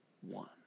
one